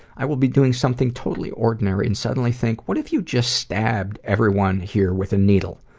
i will be doing something totally ordinary and suddenly think, what if you just stabbed everyone here with a needle?